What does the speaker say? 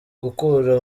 gukura